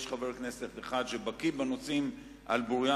יש חבר כנסת אחד שבקי בנושאים על בוריים,